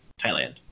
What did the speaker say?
Thailand